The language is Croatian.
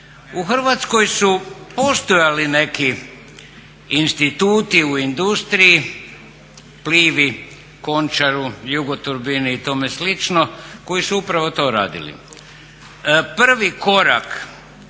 u Hrvatskoj su postojali neki instituti u industriji, Plivi, Končaru, Jugoturbini i tome slično koji su upravo to radili. Prvi korak,